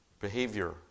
behavior